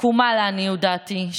עקומה לעניות דעתי,